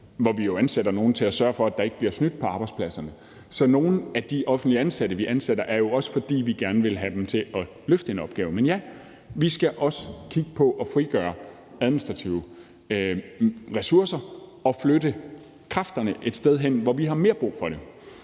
hvor vi jo ansætter nogle til at sørge for, at der ikke bliver snydt på arbejdspladserne. Så nogle af de offentligt ansatte, vi ansætter, er jo nogle, vi gerne vil have til at løfte en opgave. Men ja, vi skal også kigge på at frigøre administrative ressourcer og flytte kræfterne et sted hen, hvor vi har mere brug for det.